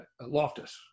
Loftus